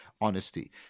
honesty